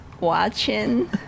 watching